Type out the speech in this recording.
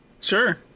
Sure